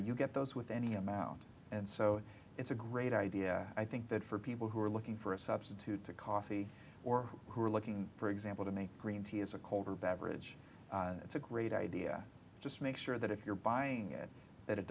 you get those with any amount and so it's a great idea i think that for people who are looking for a substitute to coffee or who are looking for example to make green tea as a cold or beverage it's a great idea just make sure that if you're buying it that it